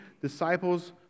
disciples